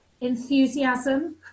enthusiasm